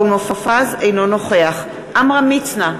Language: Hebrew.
אינו נוכח עמרם מצנע,